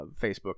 Facebook